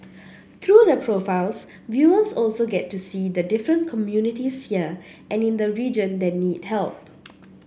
through the profiles viewers also get to see the different communities here and in the region that need help